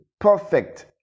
perfect